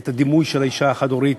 את הדימוי של האישה החד-הורית,